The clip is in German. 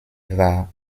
war